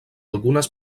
algunes